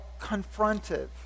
confrontive